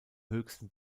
höchsten